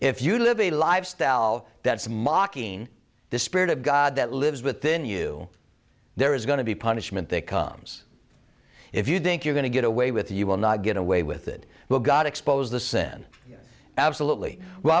if you live a lifestyle that's mocking the spirit of god that lives within you there is going to be punishment that comes if you think you're going to get away with you will not get away with it will god expose the sin absolutely w